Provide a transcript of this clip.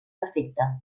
defecte